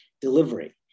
delivery